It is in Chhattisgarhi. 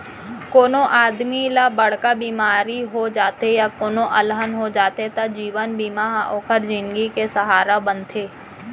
कोनों आदमी ल बड़का बेमारी हो जाथे या कोनों अलहन हो जाथे त जीवन बीमा ह ओकर जिनगी के सहारा बनथे